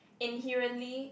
inherently